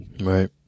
Right